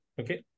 Okay